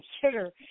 consider